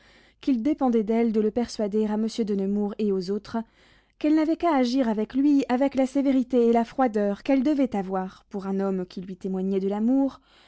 qu'il dépendait d'elle de le persuader à monsieur de nemours et aux autres qu'elle n'avait qu'à agir avec lui avec la sévérité et la froideur qu'elle devait avoir pour un homme qui lui témoignait de l'amour